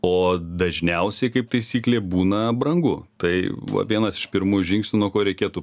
o dažniausiai kaip taisyklė būna brangu tai va vienas iš pirmų žingsnių nuo ko reikėtų